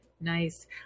nice